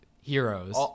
heroes